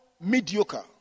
mediocre